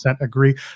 agree